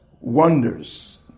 wonders